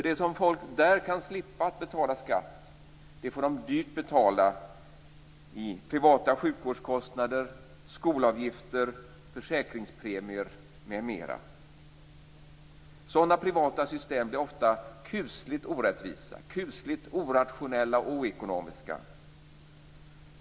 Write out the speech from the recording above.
Det som människor där kan slippa betala skatt för får de dyrt betala i privata sjukvårdskostnader, skolavgifter, försäkringspremier m.m. Sådana privata system är ofta kusligt orättvisa, kusligt orationella och oekonomiska.